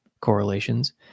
correlations